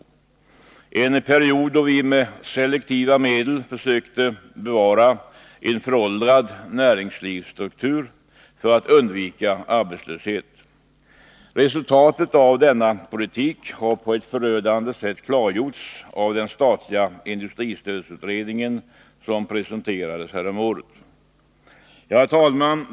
Det var en period då vi med selektiva medel försökte bevara en föråldrad näringslivsstruktur för att undvika arbetslöshet. Resultatet av denna politik har på ett förödande sätt klargjorts av den statliga industristödsutredningen, som presenterades häromåret. Herr talman!